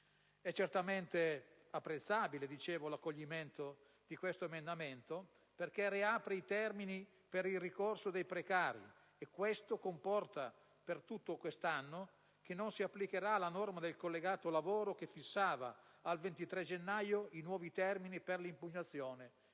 È certamente apprezzabile l'accoglimento di questo emendamento perché riapre i termini per il ricorso dei precari. Ciò comporta che per tutto quest'anno non si applicherà la norma del collegato lavoro che fissava al 23 gennaio i nuovi termini per l'impugnazione